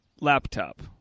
Laptop